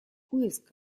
поиск